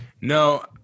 No